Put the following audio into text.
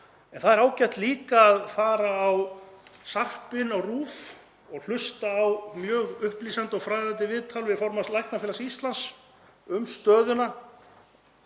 En það er ágætt líka að fara í sarpinn á RÚV og hlusta á mjög upplýsandi og fræðandi viðtal við formann Læknafélags Íslands um stöðuna